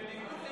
בניגוד,